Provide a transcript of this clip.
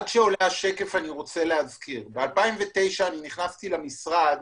אני רוצה להזכיר, ב-2009 נכנסתי למשרד